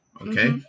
okay